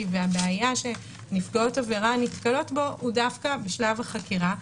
והבעיה שנפגעות עבירה נתקלות בו הוא דווקא בשלב החקירה,